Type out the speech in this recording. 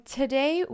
today